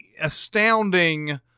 astounding